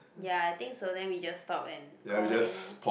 ya I think so then we just stop and call her in lor